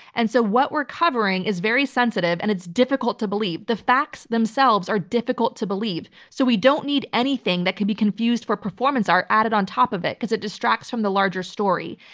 and so what we're covering is very sensitive, and it's difficult to believe. the facts themselves are difficult to believe, so we don't need anything that could be confused for performance art added on top of it, because it distracts from the larger story.